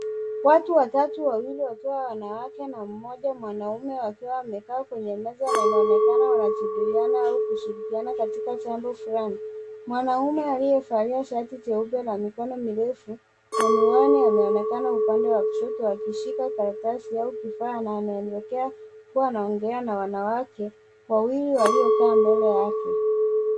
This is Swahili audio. Watu watatu, wawili wakiwa wanawake na mmoja mwanaume, wakiwa wamekaa kwenye meza na inaonekana wanajadiliana au kushirikiana katika jambo fulani. Mwanaume aliyevalia shati jeupe la mikono mirefu na miwani ameonekana upande wa kushoto akishika karatasi au kifaa na anaonekana kuwa anaongea na wanawake wawili waliokaa mbele yake.